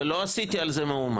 אבל לא עשיתי על זה מהומה.